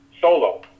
solo